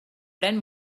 pren